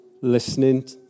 listening